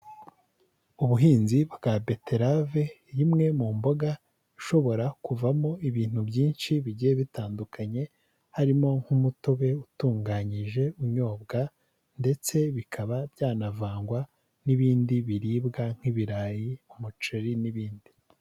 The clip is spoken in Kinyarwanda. Ubuhinzi bwa beterave imwe mu mboga ishobora kuvamo ibintu byinshi bigiye bitandukanye harimo nk'umutobe utunganyije unyobwa ndetse bikaba byanavangwa n'ibindi biribwa nk'ibirayi umuceri n'ibindi.